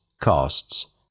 costs